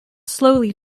slowly